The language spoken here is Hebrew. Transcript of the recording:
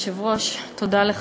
כבוד היושב-ראש, תודה לך,